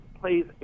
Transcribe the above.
plays